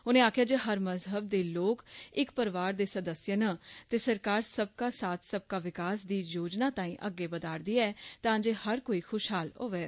उनें आक्खेया जे हर मजहब दे लोक परोयार दे सदस्य न ते सरकार सबका साथ सबका विकास दी योजना तांई अग्गै बदार दी ऐ तांजे हर कोई ख्शहाल होवे